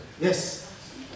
Yes